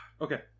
Okay